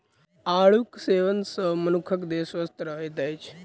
आड़ूक सेवन सॅ मनुखक देह स्वस्थ रहैत अछि